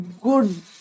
good